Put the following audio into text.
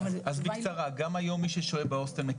היום מי ששוהה בהוסטל,